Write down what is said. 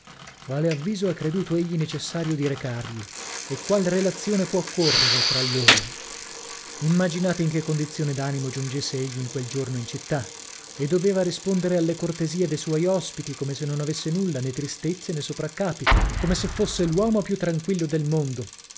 quale avviso ha creduto egli necessario di recargli e qual relazione può correre tra loro immaginate in che condizione d'animo giungesse egli in quel giorno in città e doveva rispondere alle cortesie de suoi ospiti come se non avesse nulla nè tristezze nè sopraccapi come se fosse l'uomo più tranquillo del mondo